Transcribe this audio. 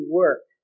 work